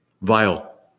vile